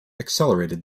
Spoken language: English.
accelerated